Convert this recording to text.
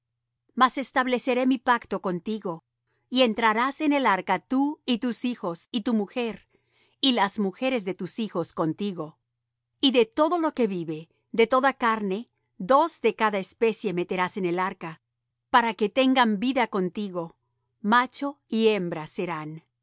mas estableceré mi pacto contigo y entrarás en el arca tú y tus hijos y tu mujer y las mujeres de tus hijos contigo y de todo lo que vive de toda carne dos de cada especie meterás en el arca para que tengan vida contigo macho y hembra serán